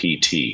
pt